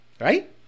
Right